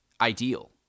ideal